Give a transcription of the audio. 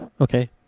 Okay